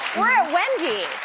we're at wendy.